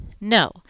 No